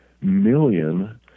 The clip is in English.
million